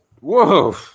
Whoa